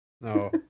No